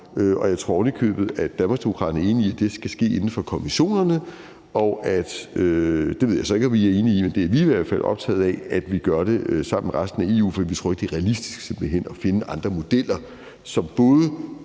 Jeg tror ovenikøbet, at Danmarksdemokraterne er enige i, at det skal ske inden for konventionerne, og at vi – det ved jeg så ikke om I er enige i, men det er vi i hvert fald optaget af – gør det sammen med resten af EU, for vi tror simpelt hen ikke, at det er realistisk at finde andre modeller, som både